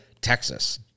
Texas